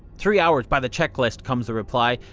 three hours by the checklist, comes the reply.